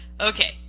Okay